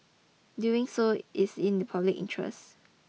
doing so is in the public interest